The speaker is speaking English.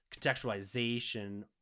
contextualization